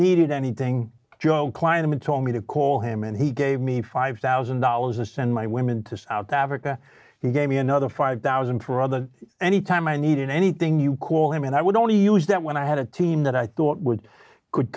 needed anything joe klein and told me to call him and he gave me five thousand dollars to send my women to south africa he gave me another five thousand for other anytime i needed anything you call him and i would only use that when i had a team that i thought would could